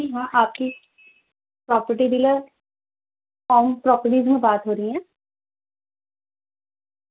جی ہاں آپ کی پراپرٹی ڈیلر فم پراپرٹی میں بات ہو رہی ہے